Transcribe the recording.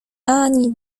ani